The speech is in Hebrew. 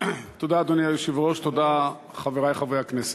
תודה, אדוני היושב-ראש, תודה, חברי חברי הכנסת,